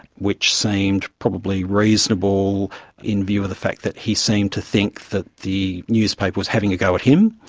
which seemed probably reasonable in view of the fact that he seemed to think that the newspaper was having a go at him.